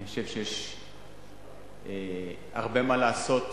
אני חושב שיש הרבה מה לעשות,